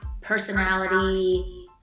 personality